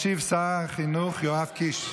ישיב שר החינוך יואב קיש,